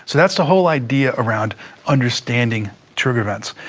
so that's the whole idea around understanding trigger events.